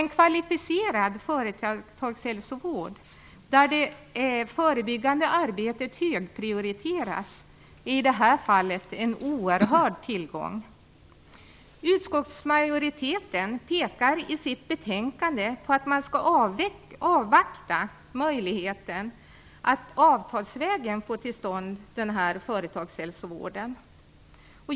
En kvalificerad företagshälsovård där det förebyggande arbetet högprioriteras är i det fallet en oerhörd tillgång. Utskottsmajoriteten pekar i betänkandet på att man skall avvakta möjligheten att avtalsvägen få till stånd denna företagshälsovård.